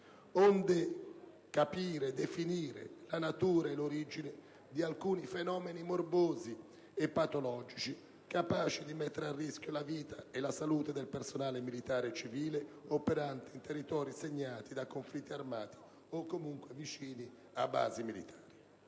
onde capire e definire la natura e l'origine di alcuni fenomeni morbosi e patologici capaci di mettere a rischio la vita e la salute del personale militare e civile operante nei territori segnati da conflitti armati o comunque vicini a basi militari.